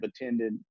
attended